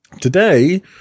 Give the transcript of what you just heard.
today